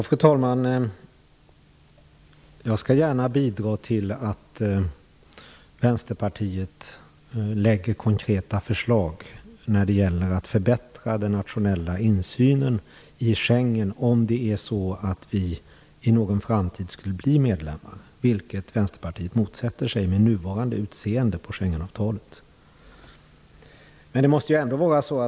Fru talman! Jag skall gärna bidra till att Vänsterpartiet lägger fram konkreta förslag när det gäller att förbättra den nationella insynen i Schengen om vi i någon framtid skulle bli anslutna, vilket Vänsterpartiet motsätter sig med avtalets nuvarande utseende.